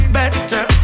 better